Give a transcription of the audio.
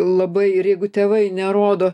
labai ir jeigu tėvai nerodo